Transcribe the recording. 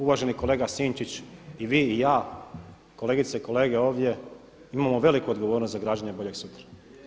Uvaženi kolega Sinčić, i vi i ja, kolegice i kolege ovdje imamo veliku odgovornost za građenje boljeg sutra.